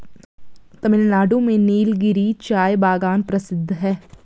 तमिलनाडु में नीलगिरी चाय बागान प्रसिद्ध है